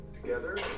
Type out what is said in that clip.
together